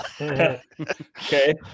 Okay